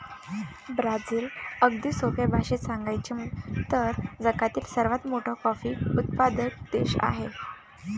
Brazil, अगदी सोप्या भाषेत सांगायचे तर, जगातील सर्वात मोठा कॉफी उत्पादक देश आहे